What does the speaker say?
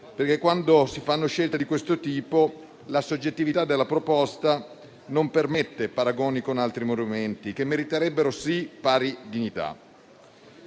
ma quando si fanno scelte di questo tipo la soggettività della proposta non permette paragoni con altri monumenti che meriterebbero pari dignità.